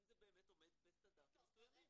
אם זה באמת עומד בסטנדרטים מסוימים.